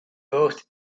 both